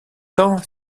temps